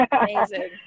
Amazing